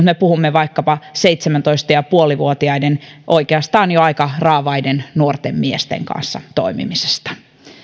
me puhumme vaikkapa seitsemäntoista ja puoli vuotiaiden oikeastaan jo aika raavaiden nuorten miesten kanssa toimimisesta